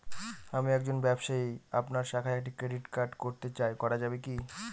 আমি একজন ব্যবসায়ী আপনার শাখায় একটি ক্রেডিট কার্ড করতে চাই করা যাবে কি?